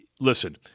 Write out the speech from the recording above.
Listen